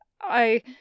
I-